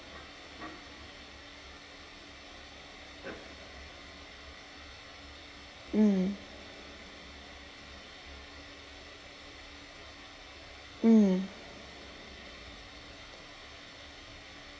mm mm